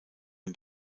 den